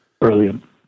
Brilliant